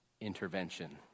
intervention